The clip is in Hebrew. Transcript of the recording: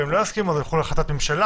ואם הם לא יסכימו הם ילכו להחלטת הממשלה,